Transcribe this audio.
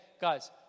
guys